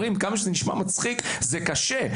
זה קשה.